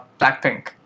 Blackpink